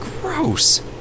Gross